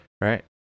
Right